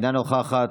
אינה נוכחת,